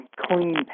clean